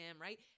right